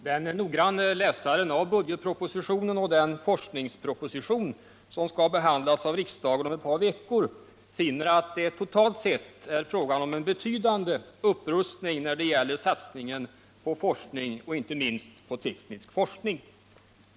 Den noggranne läsaren av budgetpropositionen och den forskningsproposition som skall behandlas av riksdagen om ett par veckor finner att det totalt sett är fråga om en betydande upprustning när det gäller satsningen på forskning, inte minst på teknisk forskning.